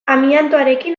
amiantoarekin